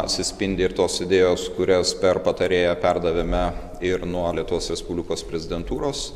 atsispindi ir tos idėjos kurias per patarėją perdavėme ir nuo lietuvos respublikos prezidentūros